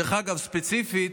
דרך אגב, ספציפית,